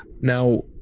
now